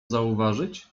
zauważyć